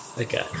Okay